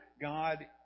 God